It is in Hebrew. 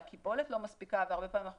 שהקיבולת לא מספיקה והרבה פעמים אנחנו